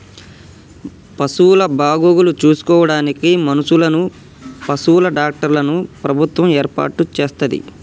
పశువుల బాగోగులు చూసుకోడానికి మనుషులను, పశువుల డాక్టర్లను ప్రభుత్వం ఏర్పాటు చేస్తది